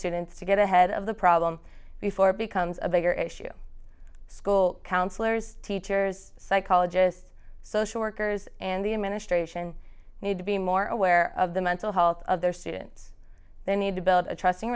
students to get ahead of the problem before it becomes a bigger issue school counselors teachers psychologists social workers and the administration need to be more aware of the mental health of their students they need to build a trusting